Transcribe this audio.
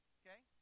okay